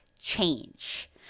change